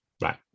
Right